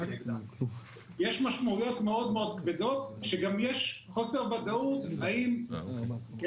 יש משמעויות מאוד מאוד כבדות שגם יש חוסר ודאות בשוטף,